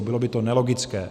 Bylo by to nelogické.